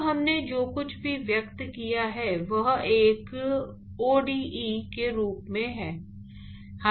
अब हमने जो कुछ भी व्यक्त किया है वह एक ode के रूप में है